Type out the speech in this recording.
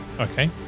Okay